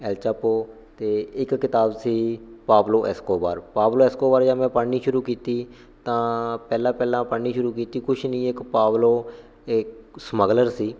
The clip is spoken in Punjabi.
ਐਲਚਾਪ 'ਤੇ ਇੱਕ ਕਿਤਾਬ ਸੀ ਪਾਬਲੋ ਐਸਕੋਬਾਰ ਪਾਬਲੋ ਐਸਕੋਬਾਰ ਜਦ ਮੈਂ ਪੜ੍ਹਨੀ ਸ਼ੁਰੂ ਕੀਤੀ ਤਾਂ ਪਹਿਲਾ ਪਹਿਲਾ ਪੜ੍ਹਨੀ ਸ਼ੁਰੂ ਕੀਤੀ ਕੁਝ ਨਹੀਂ ਇੱਕ ਪਾਵਲੋ ਸਮੱਗਲਰ ਸੀ